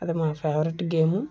అది మా favourite game